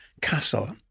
Castle